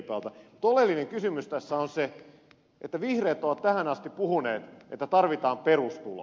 mutta oleellinen kysymys tässä on se että vihreät ovat tähän asti puhuneet että tarvitaan perustulo